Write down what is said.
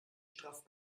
straff